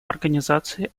организации